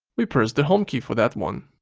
we press the home key for that one.